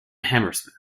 hammersmith